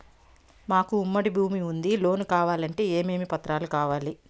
మాకు ఉమ్మడి భూమి ఉంది లోను కావాలంటే ఏమేమి పత్రాలు కావాలి?